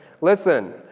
Listen